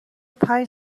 پنج